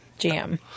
Jam